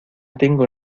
tengo